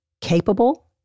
capable